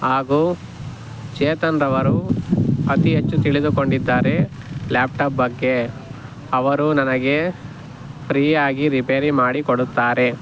ಹಾಗೂ ಚೇತನ್ರವರು ಅತಿ ಹೆಚ್ಚು ತಿಳಿದುಕೊಂಡಿದ್ದಾರೆ ಲ್ಯಾಪ್ಟಾಪ್ ಬಗ್ಗೆ ಅವರು ನನಗೆ ಪ್ರೀಯಾಗಿ ರಿಪೇರಿ ಮಾಡಿ ಕೊಡುತ್ತಾರೆ